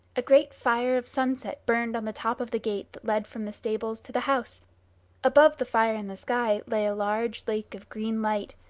a great fire of sunset burned on the top of the gate that led from the stables to the house above the fire in the sky lay a large lake of green light,